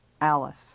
Alice